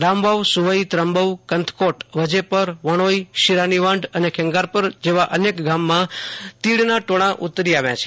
Ramvav Suvai Trambau Kanthkot Vajepar Vanoi Shiranivandh અને ખેંગારપર જેવા અનેક ગામ માં તીડ ના ટોળાં ઉતારી આવ્યા છે